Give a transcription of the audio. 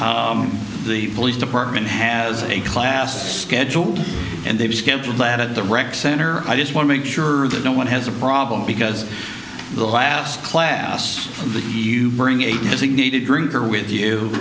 or the police department has a class schedule and they've scheduled that at the rec center i just want to make sure that no one has a problem because the last class of the you bring a designated drinker with you